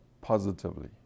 positively